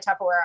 Tupperware